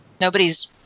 nobody's